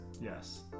yes